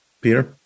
Peter